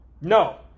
no